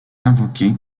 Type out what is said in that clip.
invoquée